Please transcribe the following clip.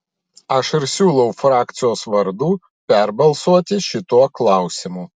aš ir siūlau frakcijos vardu perbalsuoti šituo klausimu